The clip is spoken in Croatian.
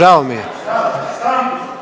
vam